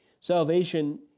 Salvation